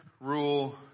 rule